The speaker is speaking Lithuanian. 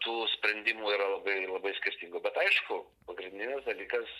tų sprendimų yra labai labai skirtingų bet aišku pagrindinis dalykas